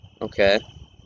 Okay